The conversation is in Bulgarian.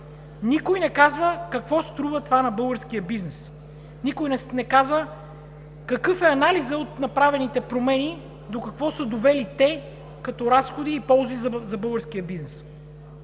Никой не каза какво струва това на българския бизнес! Никой не каза какъв е анализът от направените промени, до какво са довели те като разходи и ползи за българския бизнес!